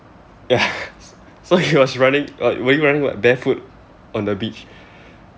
yes so he was running like were you running like barefoot on the beach